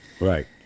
Right